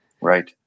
Right